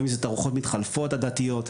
או אם זה תערוכות מתחלפות עדתיות.